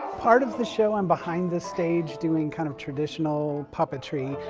part of the show i'm behind the stage doing kind of traditional puppetry,